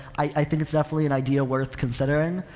i, i think it's definitely an idea worth considering.